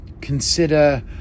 consider